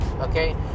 okay